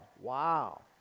wow